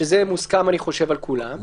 שאני חושב שזה מוסכם על כולם,